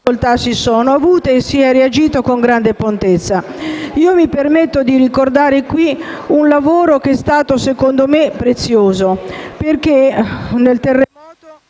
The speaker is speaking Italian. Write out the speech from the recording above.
si sono avute, sebbene si sia reagito con grande prontezza. Io mi permetto di ricordare qui un lavoro che è stato, secondo me, prezioso, perché a causa del terremoto